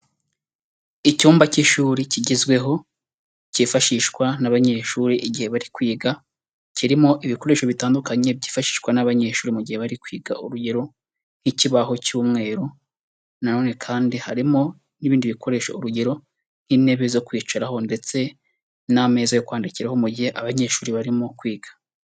Icyumba cy'ishuri kigezweho, cyifashishwa n'abanyeshuri igihe bari kwiga, kirimo ibikoresho bitandukanye byifashishwa n'abanyeshuri mu gihe bari kwiga, urugero nk'ikibaho cy'umweru. Na none kandi harimo n'ibindi bikoresho, urugero nk'intebe zo kwicaraho ndetse n'ameza yo kwandikiraho, mu gihe abanyeshuri barimo kwiga.